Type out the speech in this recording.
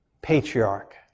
patriarch